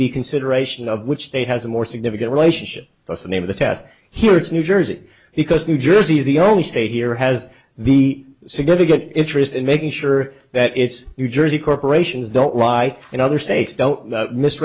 be consideration of which state has a more significant relationship that's the name of the test here it's new jersey because new jersey is the only state here has the significant interest in making sure that it's your jersey corporations don't lie in other states don't mis